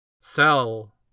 sell